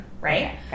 right